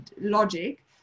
logic